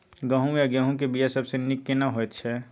गहूम या गेहूं के बिया सबसे नीक केना होयत छै?